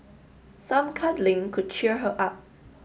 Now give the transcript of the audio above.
some cuddling could cheer her up